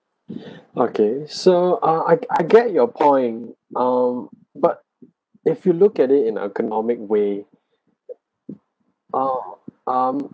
okay so ah I g~ I get your point um but if you look at it in economic way uh um